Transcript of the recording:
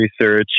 research